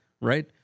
right